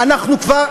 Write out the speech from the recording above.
אנחנו כבר,